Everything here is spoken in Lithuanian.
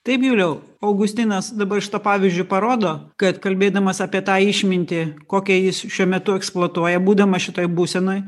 taip juliau augustinas dabar šituo pavyzdžiu parodo kad kalbėdamas apie tą išmintį kokią jis šiuo metu eksploatuoja būdamas šitoj būsenoj